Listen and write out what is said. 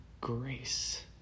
grace